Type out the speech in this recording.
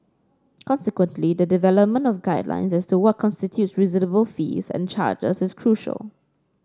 consequently the development of guidelines as to what constitutes reasonable fees and charges is crucial